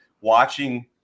watching